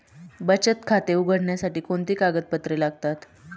बचत खाते उघडण्यासाठी कोणती कागदपत्रे लागतात?